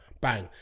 bang